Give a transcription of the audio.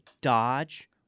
Dodge